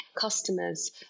customers